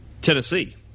Tennessee